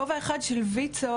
כובע אחד של ויצ"ו,